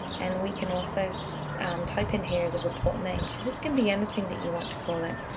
and we can also so type in here the report name. this can be anything that you want to call it,